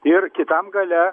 ir kitam gale